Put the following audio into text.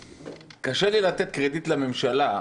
קשה לי לתת קרדיט לממשלה,